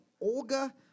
Olga